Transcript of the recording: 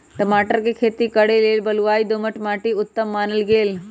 टमाटर कें खेती करे लेल बलुआइ दोमट माटि उत्तम मानल गेल